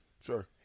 Sure